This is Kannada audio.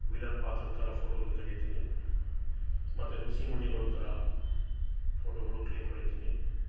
ವಿಲನ್ ಪಾತ್ರದ ಥರ ಪೋಟೋಗಳು ತೆಗಿತೀನಿ ಮತ್ತು ಋಷಿ ಮುನಿಗಳ ಥರ ಫೋಟೋಗುಳು ಕ್ಲಿಕ್ ಹೊಡಿತೀನಿ